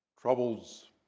troubles